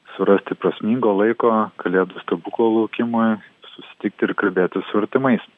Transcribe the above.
surasti prasmingo laiko kalėdų stebuklo laukimui susitikti ir kalbėtis su artimais